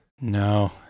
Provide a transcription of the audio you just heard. no